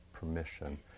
permission